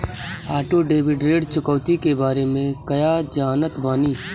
Auto debit ऋण चुकौती के बारे में कया जानत बानी?